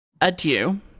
adieu